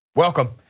Welcome